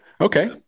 okay